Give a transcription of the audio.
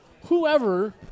Whoever